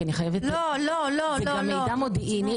נראה לי שיש מישהו אחד בחדר הזה שלא מבין מה זאת הערכת מסוכנות.